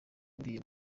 buriya